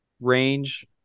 range